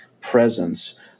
presence